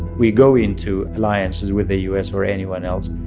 we go into alliances with the u s. or anyone else,